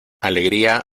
alegría